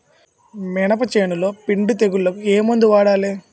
మినప చేనులో పిండి తెగులుకు ఏమందు వాడాలి?